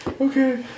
okay